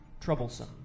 troublesome